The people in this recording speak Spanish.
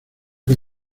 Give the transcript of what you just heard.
que